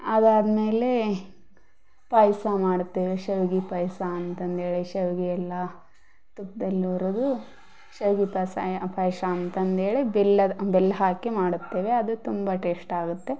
ಅವು ಆದ ಮೇಲೆ ಪಾಯಸ ಮಾಡ್ತೇವೆ ಶಾವ್ಗೆ ಪಾಯಸ ಅಂತಂದೇಳಿ ಶಾವ್ಗೆಯೆಲ್ಲ ತುಪ್ದಲ್ಲಿ ಹುರ್ದು ಶಾವ್ಗೆ ಪಾಯಸ ಯ ಪಾಯ್ಸ ಅಂತಂದೇಳಿ ಬೆಲ್ಲದ ಬೆಲ್ಲ ಹಾಕಿ ಮಾಡುತ್ತೇವೆ ಅದು ತುಂಬ ಟೇಸ್ಟಾಗುತ್ತೆ